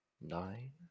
nine